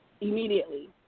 immediately